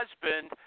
husband